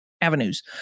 avenues